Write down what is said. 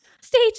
Stage